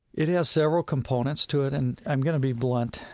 it has several components to it, and i'm going to be blunt.